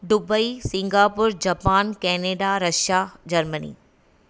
Dubai Singapore Japan Canada Russia Germany